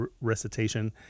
recitation